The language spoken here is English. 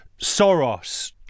Soros